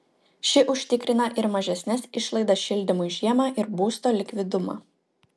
ši užtikrina ir mažesnes išlaidas šildymui žiemą ir būsto likvidumą